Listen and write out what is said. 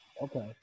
okay